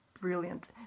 brilliant